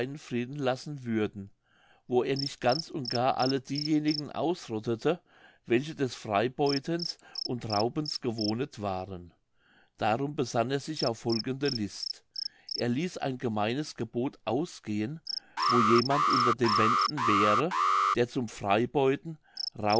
frieden lassen würden wo er nicht ganz und gar alle diejenigen ausrottete welche des freibeutens und raubens gewohnet waren darum besann er sich auf folgende list er ließ ein gemeines gebot ausgehen wo jemand unter den wenden wäre der zum freibeuten